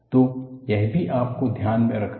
तो यह भी आपको ध्यान में रखना होगा